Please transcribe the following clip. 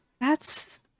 That's-